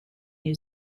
new